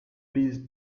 biz